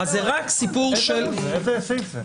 איזה סעיף זה?